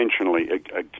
intentionally